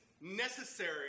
necessary